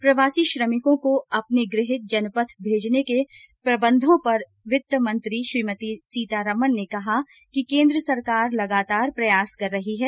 प्रवासी श्रमिकों को अपने गृह जनपथ भेजने के प्रबंधों पर वित्त मंत्री श्रीमती सीतारामन ने कहा कि केंद्र सरकार लगातार प्रयास कर रही है